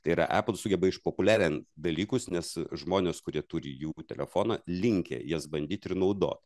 tai yra apple sugeba išpopuliarint dalykus nes žmonės kurie turi jų telefoną linkę jas bandyt ir naudot